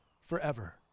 forever